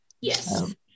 Yes